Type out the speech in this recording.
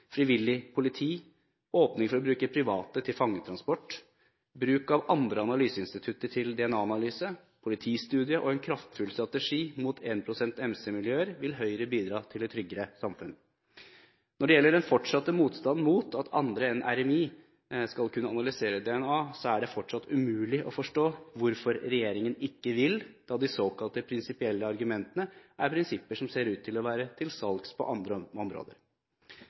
frivillig politi, åpning for å bruke private til fangetransport, bruk av andre analyseinstitutter til DNA-analyser, politistudie og en kraftfull strategi mot énprosent MC-miljøer vil Høyre bidra til et tryggere samfunn. Når det gjelder den fortsatte motstanden mot at andre enn Rettsmedisinsk institutt skal kunne analysere DNA, er det fortsatt umulig å forstå hvorfor regjeringen ikke vil, når de såkalte prinsipielle argumentene er prinsipper som ser til ut å være til salgs på andre områder.